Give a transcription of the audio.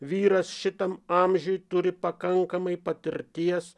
vyras šitam amžiuj turi pakankamai patirties